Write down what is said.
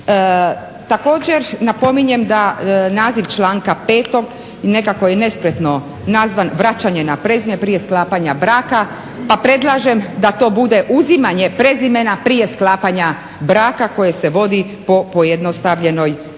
Također napominjem da naziv članka 5. nekako je nespretno nazva, vraćanje na prezime prije sklapanja braka pa predlažem da to bude uzimanje prezimena prije sklapanja braka koje se vodi po pojednostavljenoj proceduri.